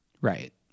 right